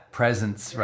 presence